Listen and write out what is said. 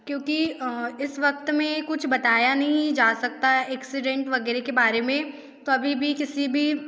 क्योंकि इस वक़्त में कुछ बताया नहीं जा सकता एक्सीडेंट वग़ैरह के बारे में कभी भी किसी भी